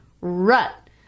rut